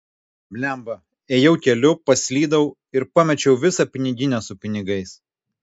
blemba ėjau keliu paslydau ir pamečiau visą piniginę su pinigais